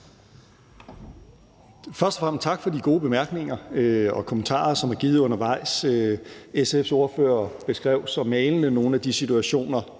Først og fremmest tak for de gode bemærkninger og kommentarer, som er givet undervejs. SF's ordfører beskrev så malende nogle af de situationer,